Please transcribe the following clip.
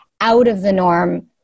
out-of-the-norm